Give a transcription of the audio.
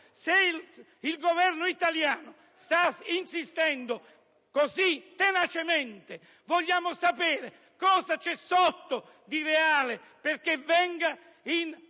se il Governo italiano sta insistendo così tenacemente, vogliamo sapere cosa c'è sotto, realmente, per